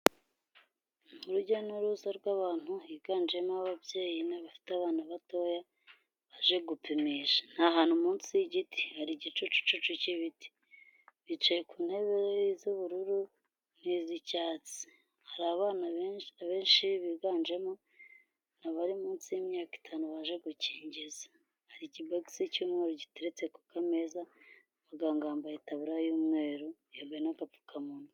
Urujya n'uruza rw'abantu higanjemo ababyeyi bafite abana batoya baje gupimisha, ni ahantu munsi y'igiti, hari igicucucucu cy'ibiti, bicaye ku ntebe z'ubururu n'iz'icyatsi, hari abana benshi, abenshi biganjemo abari munsi y'imyaka itanu baje gukinjiza, hari ikibokisi cy'umweru giteretse ku kameza, muganga yambaye itabura y'umweru, yambaye n'agapfukamunwa.